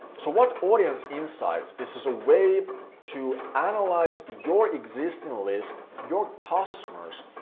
so what audience insights, it's just a way to analyze your existing list, your customers,